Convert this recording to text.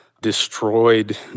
destroyed